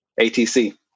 atc